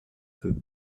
peu